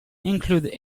include